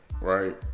right